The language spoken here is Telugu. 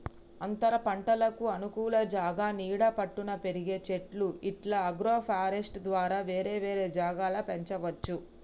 అంతరపంటలకు అనుకూల జాగా నీడ పట్టున పెరిగే చెట్లు ఇట్లా అగ్రోఫారెస్ట్య్ ద్వారా వేరే వేరే జాగల పెంచవచ్చు